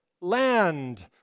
land